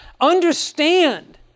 understand